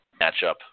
matchup